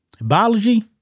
Biology